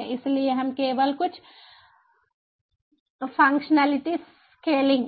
इसलिए हम केवल कुछ फंक्शनलिटी स्केलिंग